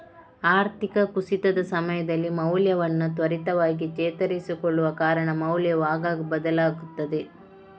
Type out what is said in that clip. ಆರ್ಥಿಕ ಕುಸಿತದ ಸಮಯದಲ್ಲಿ ಮೌಲ್ಯವನ್ನ ತ್ವರಿತವಾಗಿ ಚೇತರಿಸಿಕೊಳ್ಳುವ ಕಾರಣ ಮೌಲ್ಯವು ಆಗಾಗ ಬದಲಾಗ್ತದೆ